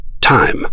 Time